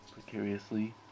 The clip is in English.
precariously